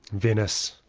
venice!